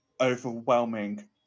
overwhelming